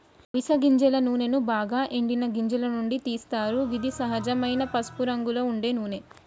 అవిస గింజల నూనెను బాగ ఎండిన గింజల నుండి తీస్తరు గిది సహజమైన పసుపురంగులో ఉండే నూనె